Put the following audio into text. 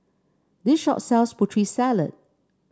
this shop sells Putri Salad